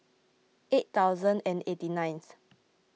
eight thousand and eighty ninth